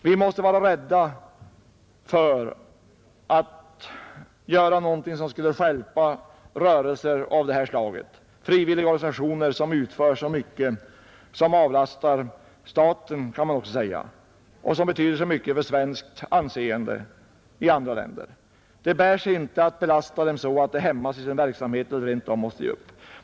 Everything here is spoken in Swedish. Vi måste vara försiktiga med att göra någonting som kan stjälpa dessa rörelser och frivilligorganisationer. De uträttar så mycket gott, man kan säga att de också avlastar staten, och de betyder mycket för svenskt anseende i andra länder. Det bär sig inte att belasta dem så att de hämmas i sin verksamhet och kanske rent av måste ge upp.